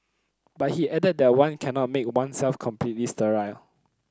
but he added that one cannot make oneself completely sterile